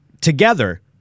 together